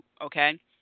Okay